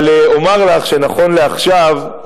אבל אומר לך שנכון לעכשיו,